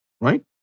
right